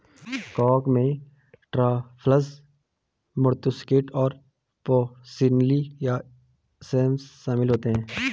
कवक में truffles, matsutake और पोर्सिनी या सेप्स शामिल हैं